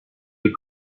les